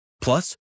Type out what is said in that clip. Plus